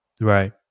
Right